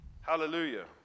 Hallelujah